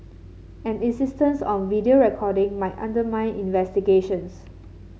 an insistence on video recording might undermine investigations